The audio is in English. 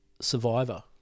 Survivor